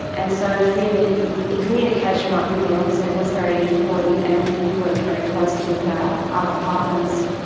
and so really the communication right from the onset was very important and we worked very closely with our other partners.